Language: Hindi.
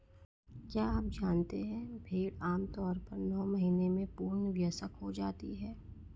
क्या आप जानते है भेड़ आमतौर पर नौ महीने में पूर्ण वयस्क हो जाती है?